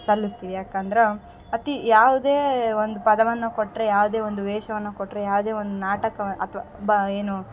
ಸಲ್ಲಿಸ್ತೀವಿ ಯಾಕಂದ್ರೆ ಅತಿ ಯಾವುದೇ ಒಂದು ಪದವನ್ನು ಕೊಟ್ಟರೆ ಯಾವುದೆ ಒಂದು ವೇಷವನ್ನು ಕೊಟ್ಟರೆ ಯಾವುದೇ ಒಂದು ನಾಟಕ ಅಥ್ವ ಬ ಏನು